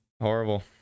Horrible